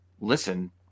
listen